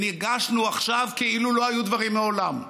וניגשנו עכשיו כאילו לא היו דברים מעולם.